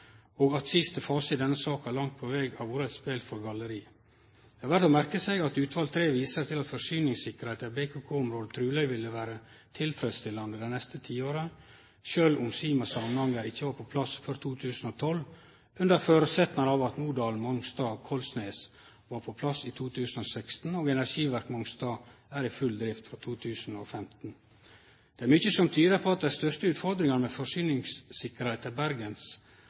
og at siste fase i denne saka langt på veg har vore eit spel for galleriet. Det er verd å merke seg at utval 3 viser til at forsyningstryggleiken i BKK-området truleg ville vere tilfredsstillande det neste tiåret sjølv om Sima–Samnanger ikkje var på plass før 2012 under føresetnad av at Modalen–Mongstad–Kollsnes var på plass før 2016 og Energiverk Mongstad er i full drift frå 2015. Det er mykje som tyder på at dei største utfordringane med forsyningstryggleik til